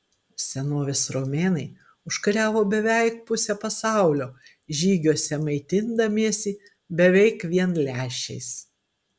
senovės romėnai užkariavo beveik pusę pasaulio žygiuose maitindamiesi beveik vien lęšiais